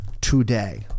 today